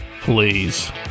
Please